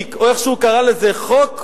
הפוילעשטיק או איך שהוא קרא לזה: חוק,